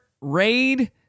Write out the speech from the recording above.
Raid